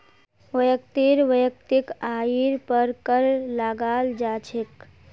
व्यक्तिर वैयक्तिक आइर पर कर लगाल जा छेक